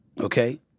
Okay